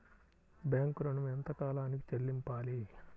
Bank ఋణం ఎంత కాలానికి చెల్లింపాలి?